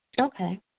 Okay